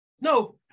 no